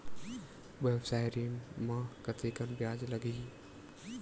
व्यवसाय ऋण म कतेकन ब्याज लगही?